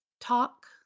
talk